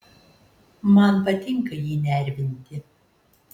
man patinka jį nervinti